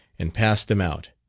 and passed them out,